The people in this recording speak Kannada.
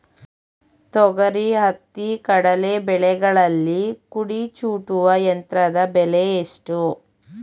ತೊಗರಿ, ಹತ್ತಿ, ಕಡಲೆ ಬೆಳೆಗಳಲ್ಲಿ ಕುಡಿ ಚೂಟುವ ಯಂತ್ರದ ಬೆಲೆ ಎಷ್ಟು?